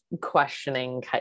questioning